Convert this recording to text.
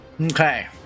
Okay